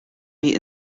meat